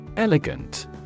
Elegant